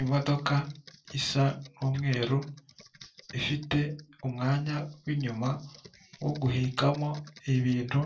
Imodoka isa umweru ifite umwanya w'inyuma wo guhekamo ibintu